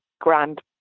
grand